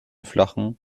flachen